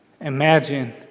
Imagine